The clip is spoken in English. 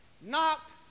knocked